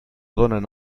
donen